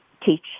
teach